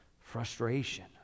frustration